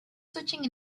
switching